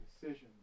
decisions